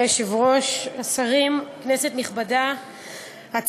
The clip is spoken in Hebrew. הצעת החוק נתקבלה בקריאה טרומית ותועבר